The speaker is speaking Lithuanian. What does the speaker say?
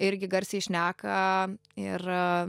irgi garsiai šneka ir a